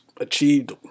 achieved